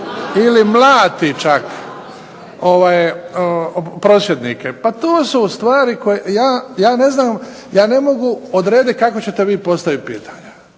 ili mlati čak ove prosvjednike. Pa to su ustvari, ja ne znam, ja ne mogu odrediti kako ćete vi postaviti pitanja.